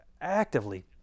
actively